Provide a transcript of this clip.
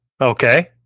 Okay